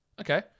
Okay